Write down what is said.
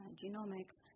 genomics